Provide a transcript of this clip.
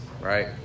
right